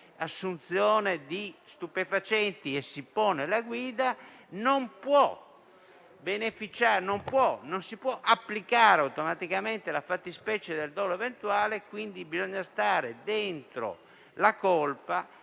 assunzione di stupefacenti, si pone alla guida, non si può applicare automaticamente la fattispecie del dolo eventuale, bisogna restare dentro la colpa